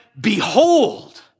behold